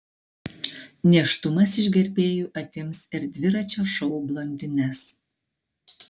nėštumas iš gerbėjų atims ir dviračio šou blondines